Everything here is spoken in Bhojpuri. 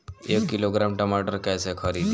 एक किलोग्राम टमाटर कैसे खरदी?